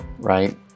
right